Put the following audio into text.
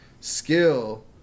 skill